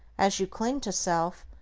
as you cling to self,